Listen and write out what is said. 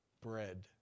bread